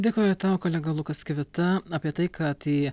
dėkoju tau kolega lukas kivita apie tai kad į